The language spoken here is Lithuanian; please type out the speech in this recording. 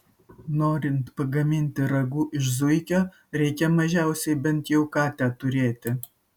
norint pagaminti ragu iš zuikio reikia mažiausiai bent jau katę turėti